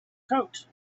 coat